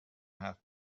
حرف